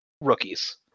rookies